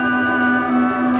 um